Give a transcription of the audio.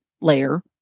layer